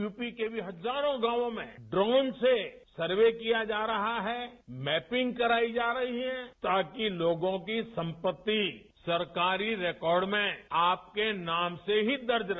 UP के भी हजारों गांवों में ड्रोन से सर्वे किया जा रहा है मैपिंग कराई जा रही है ताकि लोगों की संपत्ति सरकारी रिकार्ड में आपके नाम से ही दर्ज रहे